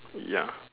ya